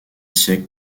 siècle